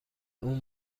اون